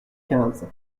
quinze